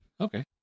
Okay